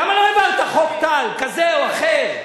למה לא העברת חוק טל כזה או אחר?